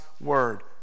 word